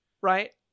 right